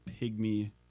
pygmy